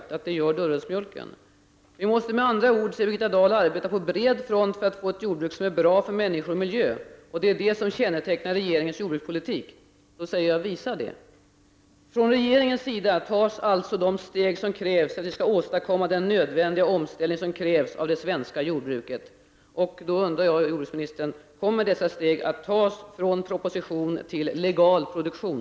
Birgitta Dahl skriver vidare: ”Vi måste med andra ord arbeta på bred front för att få ett jordbruk som är bra för människor och miljö. Och det är det som kännetecknar regeringens jordbrukspolitik.” Jag vill säga: Visa det! Från regeringens sida tas alltså de steg som krävs för att vi skall åstadkomma en nödvändig omställning av det svenska jordbruket. Jag undrar, jordbruksministern: Kommer dessa steg att tas, från proposition till legal produktion?